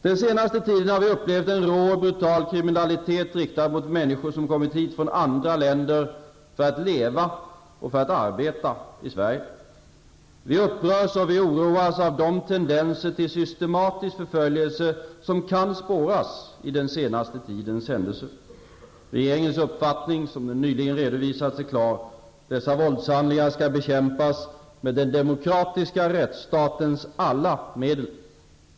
Den senaste tiden har vi upplevt en rå och brutal kriminalitet riktad mot människor som kommit hit från andra länder för att leva och arbeta i Sverige. Vi upprörs och oroas av de tendenser till systematisk förföljelse som kan spåras i den senaste tidens händelser. Regeringens uppfattning, som nyss redovisats, är klar: dessa våldshandlingar skall bekämpas med den demokratiska rättsstatens alla medel.